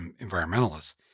environmentalists